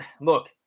look